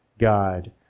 God